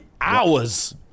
Hours